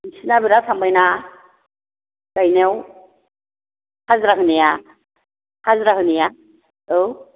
नोंसोरना बिराद थांबायना गायनायाव हाजिरा होनाया हाजिरा होनाया औ